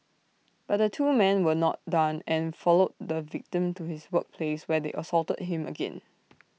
but the two men were not done and followed the victim to his workplace where they assaulted him again